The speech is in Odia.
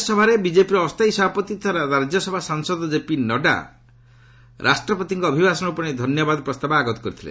ରାଜ୍ୟସଭାରେ ବିଜେପିର ଅସ୍ଥାୟୀ ସଭାପତି ତଥା ରାଜ୍ୟସଭା ସାଂସଦ ଜେପି ନଡ୍ଯା ରାଷ୍ଟ୍ରପତିଙ୍କ ଅଭିଭାଷଣ ଉପରେ ଧନ୍ୟବାଦ ପ୍ରସ୍ତାବ ଆଗତ କରିଥିଲେ